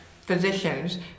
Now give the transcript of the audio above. physicians